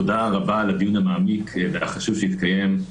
הדיון המעמיק והחשוב שהתקיים,